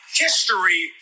history